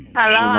Hello